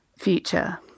future